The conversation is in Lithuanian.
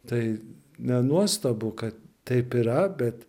tai nenuostabu kad taip yra bet